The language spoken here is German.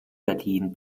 berlin